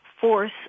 force